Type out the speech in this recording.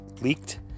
leaked